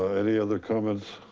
any other comments?